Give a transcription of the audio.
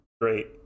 great